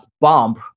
bump